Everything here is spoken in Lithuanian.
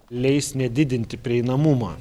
leis nedidinti prieinamumą